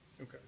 Okay